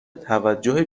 توجه